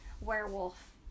werewolf